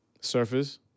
surface